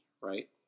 right